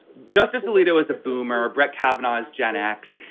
justice alito is a boomer. brett kavanaugh is gen x.